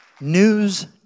news